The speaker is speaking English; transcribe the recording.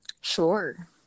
Sure